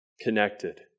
connected